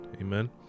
Amen